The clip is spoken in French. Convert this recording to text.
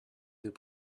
deux